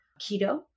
keto